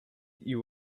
you